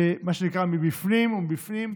מה שנקרא מבפנים מבפנים,